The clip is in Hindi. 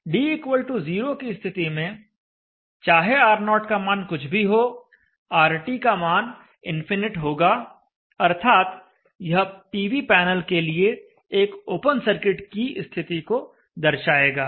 d 0 की स्थिति में चाहे R0 का मान कुछ भी हो RT का मान इनफिनिट होगा अर्थात यह पीवी पैनल के लिए एक ओपन सर्किट की स्थिति को दर्शाएगा